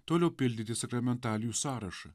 toliau pildyti sakramentalijų sąrašą